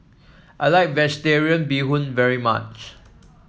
I like vegetarian Bee Hoon very much